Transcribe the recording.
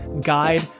guide